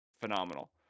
phenomenal